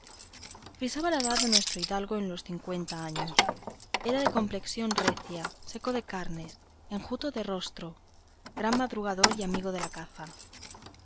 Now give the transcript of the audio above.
frisaba la edad de nuestro hidalgo con los cincuenta años era de complexión recia seco de carnes enjuto de rostro gran madrugador y amigo de la caza